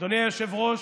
אדוני היושב-ראש,